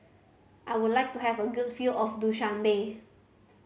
I would like to have a good view of Dushanbe